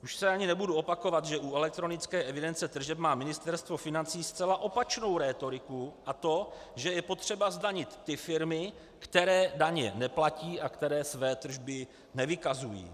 Už se ani nebudu opakovat, že u elektronické evidence tržeb má Ministerstvo financí zcela opačnou rétoriku, a to že je potřeba zdanit ty firmy, které daně neplatí a které své tržby nevykazují.